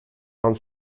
and